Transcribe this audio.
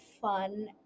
fun